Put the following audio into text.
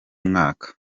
mwaka